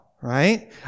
right